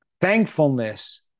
Thankfulness